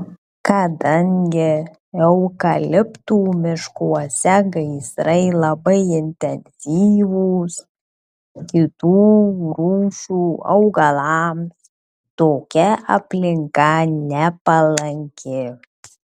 kadangi eukaliptų miškuose gaisrai labai intensyvūs kitų rūšių augalams tokia aplinka nepalanki